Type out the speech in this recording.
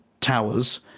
towers